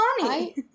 money